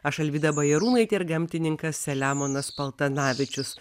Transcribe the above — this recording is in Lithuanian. aš alvyda bajarūnaitė ir gamtininkas selemonas paltanavičius